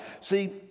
See